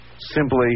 Simply